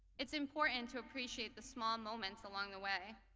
it's important to appreciate the small moments along the way.